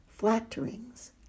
flatterings